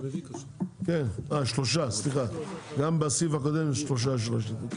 גם בסעיף הקודם 3 לא השתתפו.